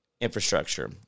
Infrastructure